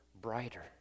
brighter